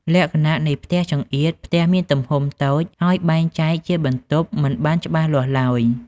លក្ខណៈនៃ "ផ្ទះចង្អៀត"ផ្ទះមានទំហំតូច ហើយបែងចែកជាបន្ទប់មិនបានច្បាស់លាស់ឡើយ។